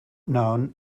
known